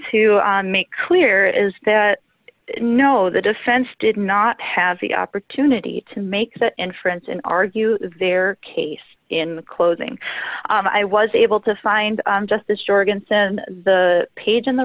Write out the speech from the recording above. to make clear is that no the defense did not have the opportunity to make that inference and argue their case in the closing i was able to find justice jorgensen the page in the